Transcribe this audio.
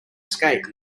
skate